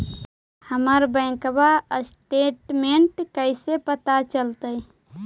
हमर bank statement कैसे पता चलतै?